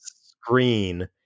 screen